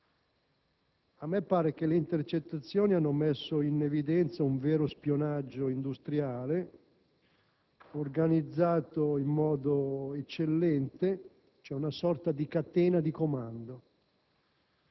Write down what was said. A me pare che le intercettazioni abbiano messo in evidenza un vero spionaggio industriale, organizzato in modo eccellente, cioè una sorta di catena di comando.